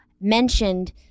mentioned